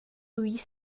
louis